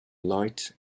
light